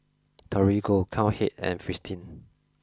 Torigo Cowhead and Fristine